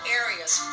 areas